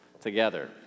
together